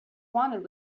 wanted